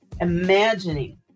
imagining